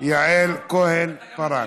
יעל כהן-פארן.